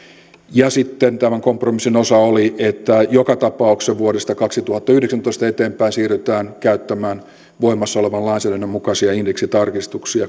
mutta sitten tämän kompromissin osa oli että joka tapauksessa vuodesta kaksituhattayhdeksäntoista eteenpäin siirrytään käyttämään voimassa olevan lainsäädännön mukaisia indeksitarkistuksia